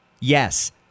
Yes